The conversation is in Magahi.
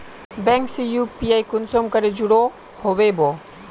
बैंक से यु.पी.आई कुंसम करे जुड़ो होबे बो?